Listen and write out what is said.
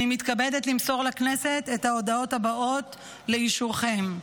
אני מתכבדת למסור לכנסת את ההודעות הבאות לאישורכם: